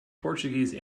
portuguese